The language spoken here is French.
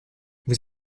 vous